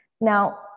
Now